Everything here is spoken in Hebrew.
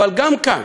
אבל גם כאן